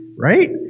Right